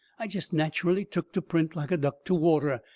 i jest natcherally took to print like a duck to water,